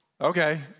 Okay